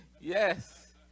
yes